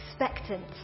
expectant